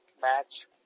match